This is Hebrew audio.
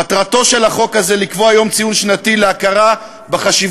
מטרתו של החוק הזה לקבוע יום ציון שנתי להכרה בחשיבות